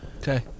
Okay